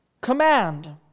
Command